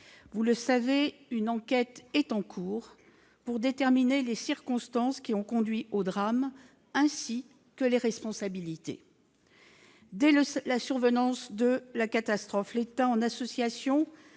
Vous le savez, une enquête est en cours pour déterminer les circonstances qui ont conduit au drame, ainsi que les responsabilités. Dès la survenance de la catastrophe, l'État, en association